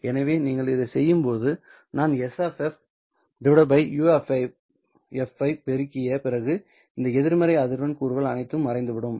எனவே நீங்கள் இதைச் செய்யும்போது நான் S U ஐ பெருக்கிய பிறகு இந்த எதிர்மறை அதிர்வெண் கூறுகள் அனைத்தும் மறைந்துவிடும்